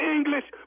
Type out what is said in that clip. English